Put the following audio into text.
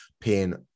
paying